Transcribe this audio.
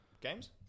games